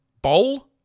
Bowl